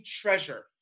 treasure